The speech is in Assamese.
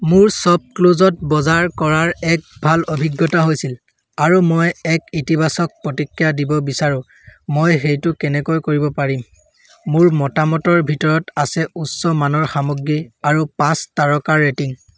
মোৰ শ্বপক্লুজত বজাৰ কৰাৰ এক ভাল অভিজ্ঞতা হৈছিল আৰু মই এক ইতিবাচক প্ৰতিক্ৰিয়া দিব বিচাৰো মই সেইটো কেনেকৈ কৰিব পাৰিম মোৰ মতামতৰ ভিতৰত আছে উচ্চ মানৰ সামগ্ৰী আৰু পাঁচ তাৰকাৰ ৰেটিং